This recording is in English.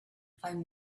five